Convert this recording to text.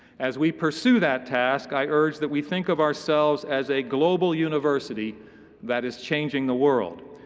as we pursue that task, i urge that we think of ourselves as a global university that is changing the world.